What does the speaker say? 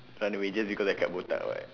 run away just because I cut botak [what]